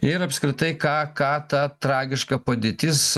ir apskritai ką ką ta tragiška padėtis